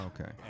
Okay